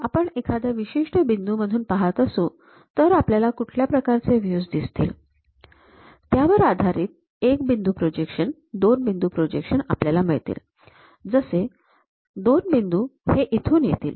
आपण एखाद्या विशिष्ट बिंदू मधून पाहत असू तर आपल्याला कुठल्या प्रकारचे व्ह्यू दिसतील त्यावर आधारित १ बिंदू प्रोजेक्शन २ बिंदू प्रोजेक्शन आपल्याला मिळतील जसे दोन बिंदू हे इथून येतील